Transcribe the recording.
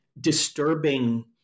disturbing